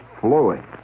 flowing